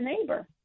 neighbor